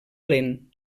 lent